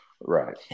Right